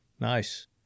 Nice